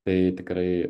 tai tikrai